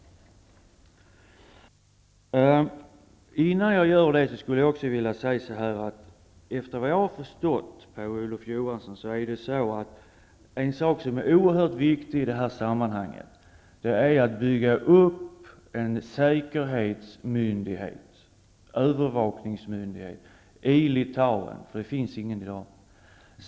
Efter vad jag har förstått av vad Olof Johansson sade är det i det här sammanhanget oerhört viktigt att bygga upp en säkerhetsmyndighet, en övervakningsmyndighet i Litauen, eftersom det i dag inte finns någon sådan.